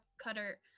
cutter